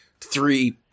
three